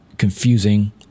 Confusing